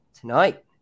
tonight